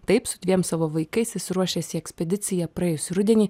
taip su dviem savo vaikais išsiruošęs į ekspediciją praėjusį rudenį